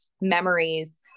memories